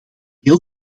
heel